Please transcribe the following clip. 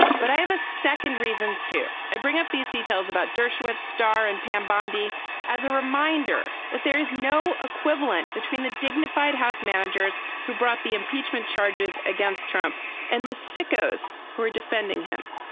but i have a second reason to bring up these details about dershowitz star and pam bondi as a reminder that there is no equivalent between the dignified house managers who brought the impeachment charges against trump and the sickos who are defending him.